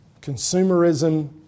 consumerism